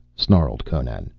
snarled conan,